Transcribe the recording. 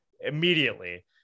immediately